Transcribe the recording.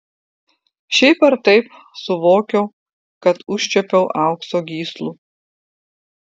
šiaip ar taip suvokiau kad užčiuopiau aukso gyslų